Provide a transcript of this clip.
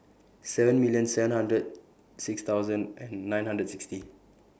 seven million seven hundred six thousand and nine hundred and sixty